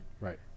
right